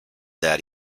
that